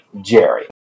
Jerry